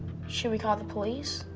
should we call the police?